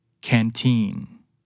canteen